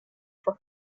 for